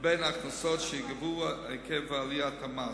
לבין ההכנסות שייגבו עקב עליית המס.